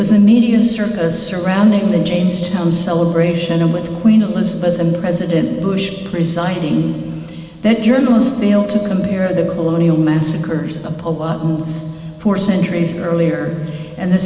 was a media circus surrounding the jamestown celebration with queen elizabeth and president bush reciting that journalists be able to compare the colonial massacres of us for centuries earlier and the